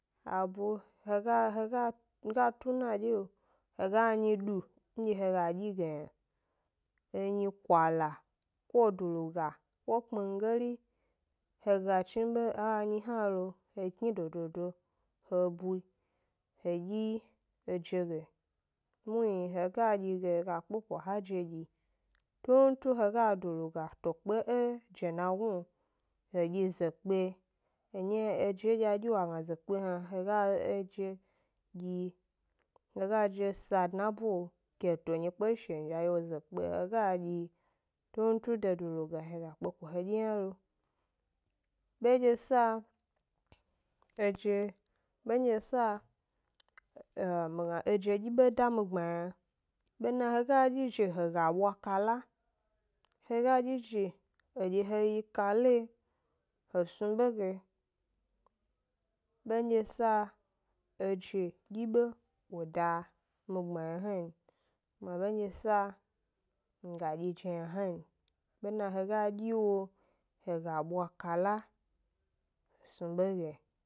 Abwe, he ga he ga ga tu 'na dyeo he ga enyi du ndye he ga dyi ge yna, enyi kwala, ko duluga ko kpmingeri, he ga chnibe e anyi hna lo he dododo he bwi he dye eje ge, muhni he ga dye ge he ga kpeko ha je dye, tuntun he ga duluga to kpe e jenagnu lo he dyi zekpe, eje ndye a dyi wo a gna zekpe hna, he ga eje dyi he ga 'je sa dna e bwe lo ke he to 'nyi kpe e shenzhi lo hna tuntun duluga, he ga kpe he dyi yna lo. Bedye sa eje bendye sa eje um um mi gna eje dyi be da mi gbma yna, bena he ga dy 'je edye he ga bwa kala, he ga dyi 'je dye he yi kala yi he snu be ge, bendye eje ɗyi be e da mi gbma yna hna n, kuma bendye sa mi ga dyi 'je yna hna n, bena he ga ɗyi wo he ga bwa kala he snu be ge.